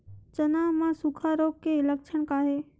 चना म सुखा रोग के लक्षण का हे?